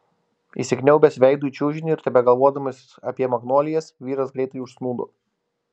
įsikniaubęs veidu į čiužinį ir tebegalvodamas apie magnolijas vyras greitai užsnūdo